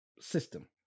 system